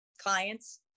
clients